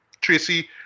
Tracy